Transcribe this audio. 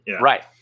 Right